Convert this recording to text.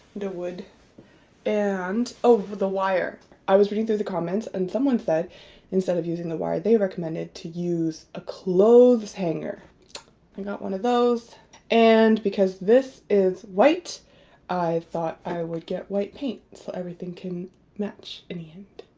wood and over the wire i was reading through the comments and someone said instead of using the wire they recommended to use a clothes hanger i got one of those and because this is white i thought i would get white paint. so everything can match any end